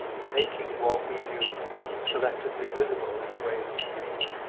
making what we do selectively visible in the way that you dream